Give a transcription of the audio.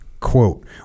Quote